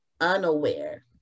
unaware